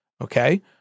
okay